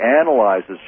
analyzes